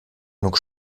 genug